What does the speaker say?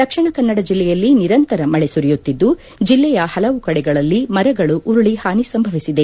ದಕ್ಷಿಣ ಕನ್ನಡ ಜಿಲ್ಲೆಯಲ್ಲಿ ನಿರಂತರ ಮಳೆ ಸುರಿಯುತ್ತಿದ್ದು ಜಿಲ್ಲೆಯ ಪಲವು ಕಡೆಗಳಲ್ಲಿ ಮರಗಳು ಉರುಳಿ ಪಾನಿ ಸಂಭವಿಸಿದೆ